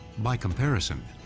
by comparison,